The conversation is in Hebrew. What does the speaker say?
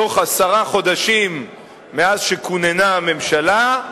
תוך עשרה חודשים מאז שכוננה הממשלה,